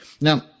Now